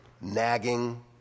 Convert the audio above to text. nagging